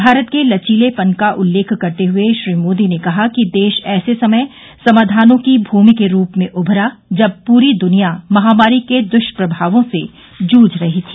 भारत के लचीलेपन का उल्लेख करते हुएश्री मोदी ने कहा कि देश ऐसे समय समाधानों की भूमि के रूप में उभरा जब पूरी दुनिया महामारी के दुष्प्रभावों से जूझ रही थी